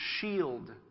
shield